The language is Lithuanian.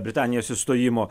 britanijos išstojimo